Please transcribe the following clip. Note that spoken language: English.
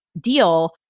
deal